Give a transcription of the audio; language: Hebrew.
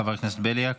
חבר הכנסת בליאק.